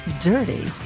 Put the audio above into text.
Dirty